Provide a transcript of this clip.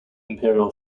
imperial